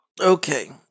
Okay